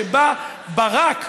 שבה ברק,